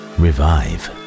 revive